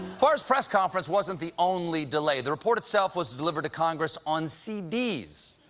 barr's press conference wasn't the only delay. the report itself was delivered to congress on c d s.